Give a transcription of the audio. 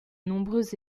nombreux